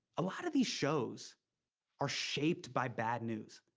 a lot of these shows are shaped by bad news.